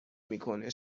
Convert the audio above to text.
میکنه